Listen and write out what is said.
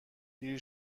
دیر